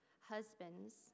Husbands